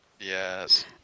Yes